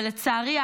ולצערי,